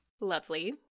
Lovely